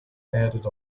added